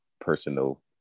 personal